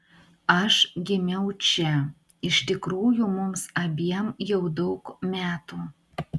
aš gimiau čia iš tikrųjų mums abiem jau daug metų